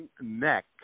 neck